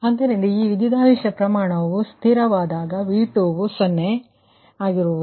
ಆದುದರಿಂದ ಈ ವಿದ್ದ್ಯುತಾವೇಶ ಪ್ರಮಾಣವು ಸ್ಥಿರವಾದಾಗ V2 ವು 0 ಆಗಿರುತ್ತದೆ